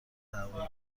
هوایی